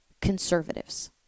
conservatives